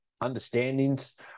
understandings